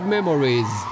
Memories